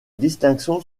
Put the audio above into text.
distinction